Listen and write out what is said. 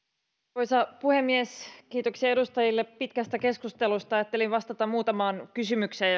arvoisa puhemies kiitoksia edustajille pitkästä keskustelusta ajattelin vastata muutamaan kysymykseen